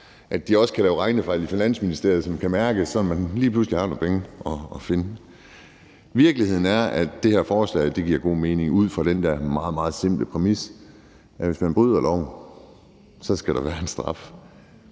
at de også kan lave regnefejl i Finansministeriet, som kan mærkes, sådan at man lige pludselig kan finde nogle penge. Virkeligheden er, at det her forslag giver god mening ud fra den der meget, meget simple præmis om, at der, hvis man bryder loven, skal være en straf,